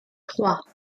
trois